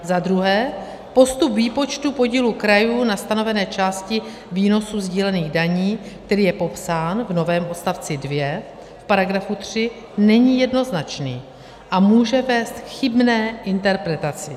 Za druhé, postup výpočtu podílu krajů na stanovené části výnosů sdílených daní, který je popsán v novém odstavci 2 v § 3, není jednoznačný a může vést k chybné interpretaci.